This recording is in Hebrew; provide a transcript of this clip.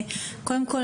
קודם כול,